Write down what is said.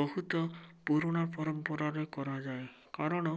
ବହୁତ ପୁରୁଣା ପରମ୍ପରାରେ କରାଯାଏ କାରଣ